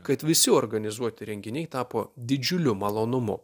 kad visi organizuoti renginiai tapo didžiuliu malonumu